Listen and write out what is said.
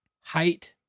height